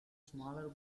smaller